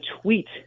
tweet